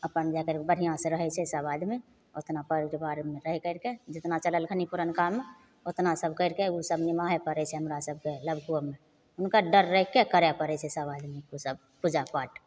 अपन जा करिके बढ़िआँसँ रहय छै सब आदमी ओतना परिवारमे रहि करिके जितना चलेलखिन पुरनकामे ओतना सब करिके उ सब निमाहे पड़य छै हमरा सबके नबकोमे हुनकर डर राखिके करय पड़य छै सब आदमीके उ सब पूजापाठ